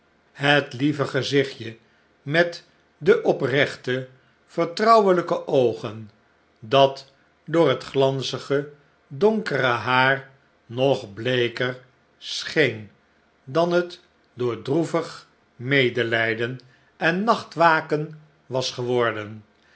het lieve gezichtje met de oprechte vertrouwelijke oogen dat door het glanzige donkere haar nog bleeker scheen dan het door droevig medelijden en nachtwaken was geworden